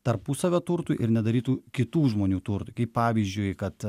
tarpusavio turtui ir nedarytų kitų žmonių turtui kaip pavyzdžiui kad